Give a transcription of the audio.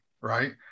right